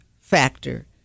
factor